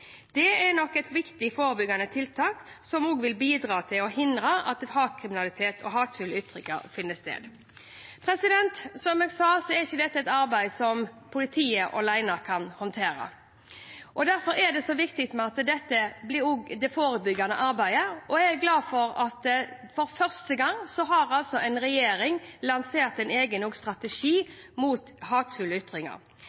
Det er nok et viktig forebyggende tiltak som vil bidra til å hindre at hatkriminalitet og hatefulle ytringer finner sted. Som jeg sa, er ikke dette et arbeid som politiet kan håndtere alene. Derfor er det så viktig med det forebyggende arbeidet, og jeg er glad for at vi for første gang har en regjering som har lansert en egen strategi mot hatefulle ytringer. Det er et viktig arbeid som berører mange departementer, mange etater og